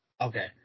Okay